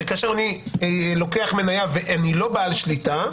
הרי כאשר אני לוקח מניה ואני לא בעל שליטה,